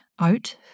out